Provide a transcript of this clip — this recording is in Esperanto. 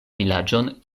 vilaĝon